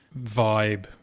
vibe